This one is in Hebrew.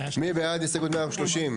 מי בעד הסתייגות 132?